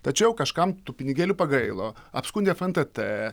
tačiau kažkam tų pinigėlių pagailo apskundė fntt